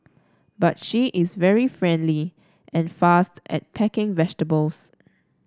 but she is very friendly and fast at packing vegetables